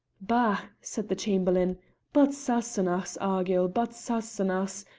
bah! said the chamberlain but sassenachs, argyll, but sassenachs,